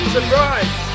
Surprise